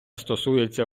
стосується